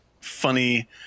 funny